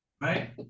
right